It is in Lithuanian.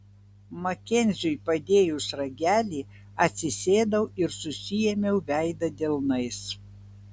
makenziui padėjus ragelį atsisėdau ir susiėmiau veidą delnais